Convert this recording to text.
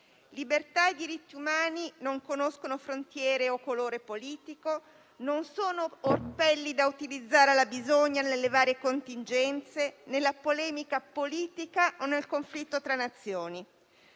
Libertà e diritti umani non conoscono frontiere o colore politico, né sono orpelli da utilizzare alla bisogna, nelle varie contingenze, nella polemica politica o nel conflitto tra Nazioni,